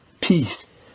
peace